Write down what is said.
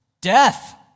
Death